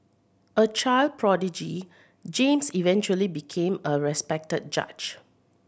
a child prodigy James eventually became a respected judge